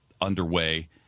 underway